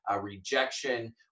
rejection